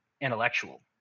intellectual